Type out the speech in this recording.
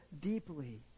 deeply